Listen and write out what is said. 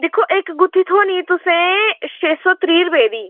दिक्खो इक गुत्थी थ्होनी तुसें छे सौ त्रीह् रपेऽ दी